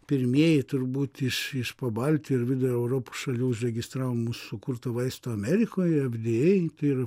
pirmieji turbūt iš iš pabaltijo ir vidurio europos šalių užregistravom mūsų sukurtą vaistą amerikoj ir fda tai yra